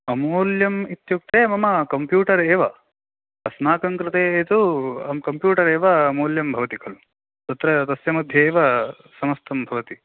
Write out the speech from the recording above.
अमूल्यम् इत्युक्ते मम कम्प्यूटर् एव अस्माकं कृते तु कम्प्यूटर् एव अमूल्यं भवति खलु तत्र तस्य मध्ये एव समस्तं भवति